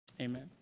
amen